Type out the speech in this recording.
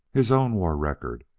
his own war record,